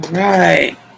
right